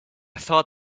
thought